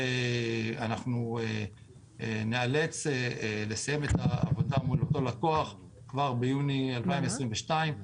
אנחנו נאלץ לסיים את העבודה מול אותו לקוח כבר ביוני 2022,